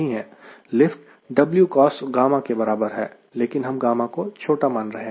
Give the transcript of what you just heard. lift W cosγ के बराबर है लेकिन हम γ को छोटा मान रहे हैं